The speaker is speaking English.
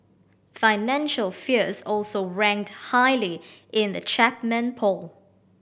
financial fears also ranked highly in the Chapman poll